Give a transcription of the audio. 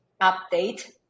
update